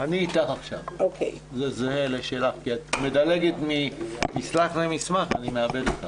כשאת מדלגת ממסך למסמך, אני מאבד אותך.